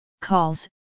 calls